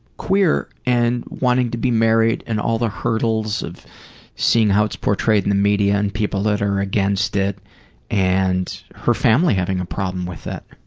queer and wanting to be married and all the hurtles seeing how it's portrayed in the media and people that are against it and her family having a problem with that.